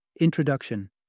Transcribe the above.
Introduction